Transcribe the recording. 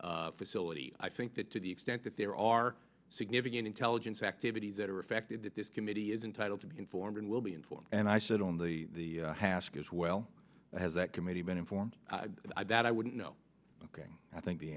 d facility i think that to the extent that there are significant intelligence activities that are affected that this committee is entitled to be informed and will be informed and i said on the hask as well as that committee been informed that i wouldn't know i think the